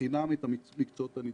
בחינם את המקצועות הנדרשים.